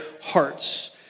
hearts